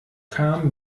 kam